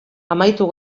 amaitu